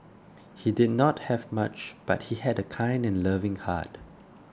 he did not have much but he had a kind and loving heart